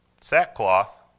sackcloth